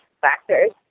factors